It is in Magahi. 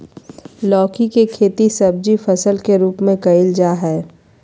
लौकी के खेती सब्जी फसल के रूप में कइल जाय हइ